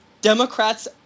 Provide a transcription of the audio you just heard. Democrats